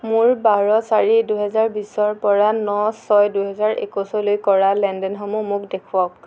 মোৰ বাৰ চাৰি দুহেজাৰ বিছৰ পৰা ন ছয় দুহেজাৰ একৈছলৈ কৰা লেনদেনসমূহ মোক দেখুৱাওক